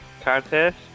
contest